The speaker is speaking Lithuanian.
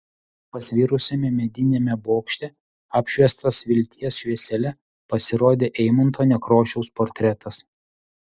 pasvirusiame mediniame bokšte apšviestas vilties šviesele pasirodė eimunto nekrošiaus portretas